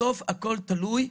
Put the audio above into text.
בסוף הכול תלוי,